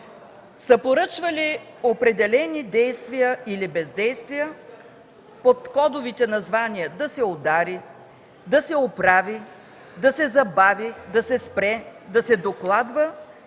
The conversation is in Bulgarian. са поръчвали определени действия или бездействия под кодовите названия „да се удари”, „да се оправи”, „да се забави”, „да се спре”, „да се докладва”